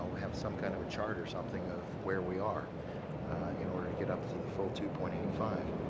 have some kind of a charter or something of where we are in order to get up to the full two point eight five.